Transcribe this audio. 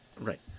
Right